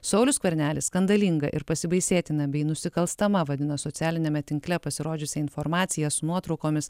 saulius skvernelis skandalinga ir pasibaisėtina bei nusikalstama vadino socialiniame tinkle pasirodžiusią informaciją su nuotraukomis